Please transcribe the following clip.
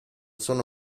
sono